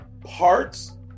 parts